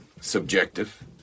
subjective